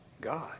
God